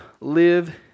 live